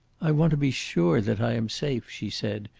i want to be sure that i am safe, she said,